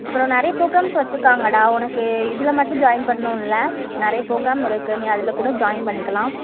அப்புறம் நிறைய ப்ரோக்ராம்ஸ் வச்சிருக்காங்கடா உனக்கு இதில் மட்டும் ஜாயின் பண்ணணும்னு இல்லை நிறைய ப்ரோக்ராம் இருக்குது நீ அதில் கூட ஜாயின் பண்ணிக்கலாம்